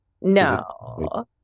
No